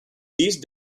these